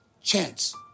chance